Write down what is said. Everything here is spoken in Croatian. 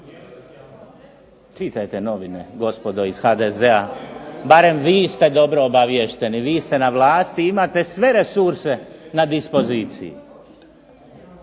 Čitajte novine, gospodo iz HDZ-a, barem vi ste dobro obaviješteni. Vi ste na vlasti i imate sve resurse na dispoziciji.